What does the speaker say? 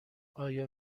آیا